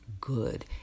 good